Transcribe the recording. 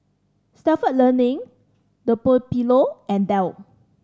Stalford Learning Dunlopillo and Dell